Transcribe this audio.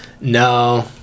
no